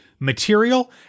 material